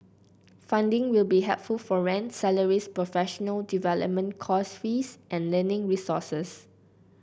funding will be helpful for rent salaries professional development course fees and learning resources